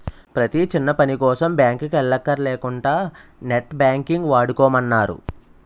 ప్రతీ చిన్నపనికోసం బాంకుకి వెల్లక్కర లేకుంటా నెట్ బాంకింగ్ వాడుకోమన్నారు